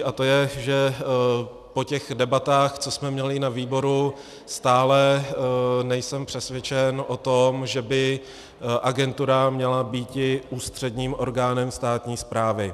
A to je, že po těch debatách, co jsme měli na výboru, stále nejsem přesvědčen o tom, že by agentura měla být ústředním orgánem státní správy.